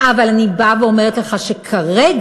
אבל אני באה ואומרת לך שכרגע